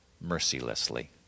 mercilessly